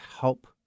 help